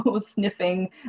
sniffing